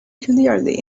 clearly